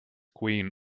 queen